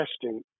testing